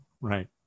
Right